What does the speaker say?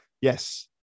Yes